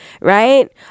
Right